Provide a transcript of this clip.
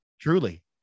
truly